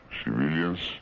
civilians